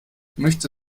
möchte